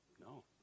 No